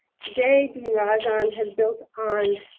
today, dean rajan has built on